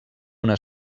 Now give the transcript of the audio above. una